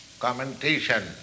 commentation